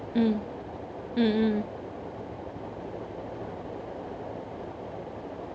mm mm mm